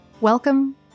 Welcome